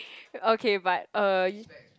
okay but uh